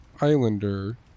Islander